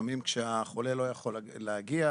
כאשר החולה לא יכול להגיע,